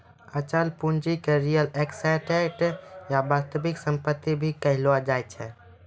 अचल पूंजी के रीयल एस्टेट या वास्तविक सम्पत्ति भी कहलो जाय छै